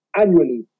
annually